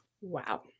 Wow